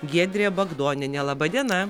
giedrė bagdonienė laba diena